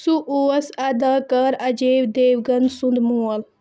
سُہ اوس اَداکار اجے دیوگن سُنٛد مول